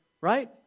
right